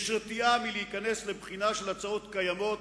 יש רתיעה מלהיכנס לבחינה של הצעות קיימות,